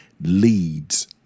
leads